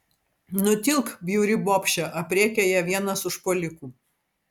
nutilk bjauri bobše aprėkia ją vienas užpuolikų